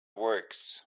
works